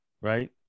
Right